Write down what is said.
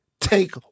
take